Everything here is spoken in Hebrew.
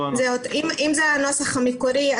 אם זה הנוסח המקורי,